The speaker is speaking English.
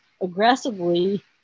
aggressively